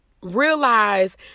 realize